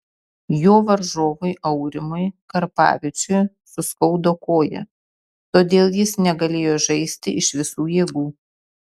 jo varžovui aurimui karpavičiui suskaudo koją todėl jis negalėjo žaisti iš visų jėgų